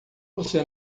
você